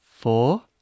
Four